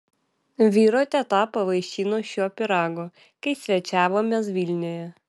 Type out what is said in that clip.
vyro teta pavaišino šiuo pyragu kai svečiavomės vilniuje